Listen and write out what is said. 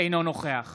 אינו נוכח